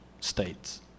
states